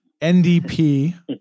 NDP